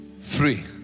free